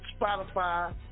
Spotify